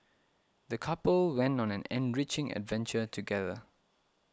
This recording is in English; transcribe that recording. the couple went on an enriching adventure together